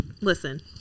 Listen